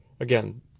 again